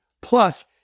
plus